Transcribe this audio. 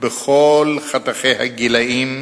בכל חתכי הגילאים,